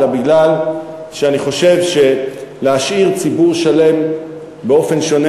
אלא משום שאני חושב שלהשאיר ציבור שלם באופן שונה,